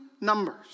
numbers